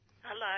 Hello